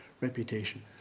reputation